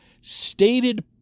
stated